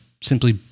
simply